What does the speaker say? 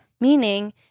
Meaning